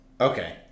Okay